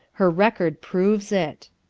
her record proves it.